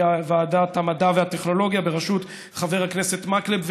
היא ועדת המדע והטכנולוגיה בראשות חבר הכנסת מקלב.